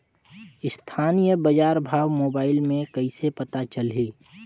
स्थानीय बजार के भाव मोबाइल मे कइसे पता चलही?